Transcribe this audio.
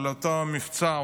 על אותו מבצע,